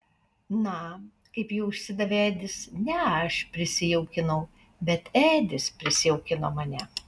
na kaip jau išsidavė edis ne aš prisijaukinau bet edis prisijaukino mane